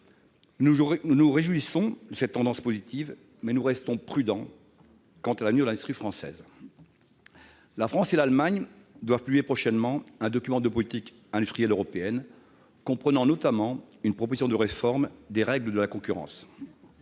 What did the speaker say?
Nous nous réjouissons de cette tendance positive, mais nous restons prudents quant à l'avenir de l'industrie française. La France et l'Allemagne doivent publier prochainement un document de politique industrielle européenne, comprenant notamment une proposition de réforme des règles de la concurrence.